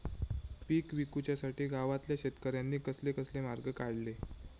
पीक विकुच्यासाठी गावातल्या शेतकऱ्यांनी कसले कसले मार्ग काढले?